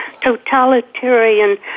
totalitarian